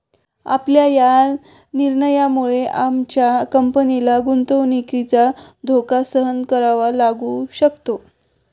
आपल्या या निर्णयामुळे आमच्या कंपनीला गुंतवणुकीचा धोका सहन करावा लागू शकतो